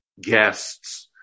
guests